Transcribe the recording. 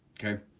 okay?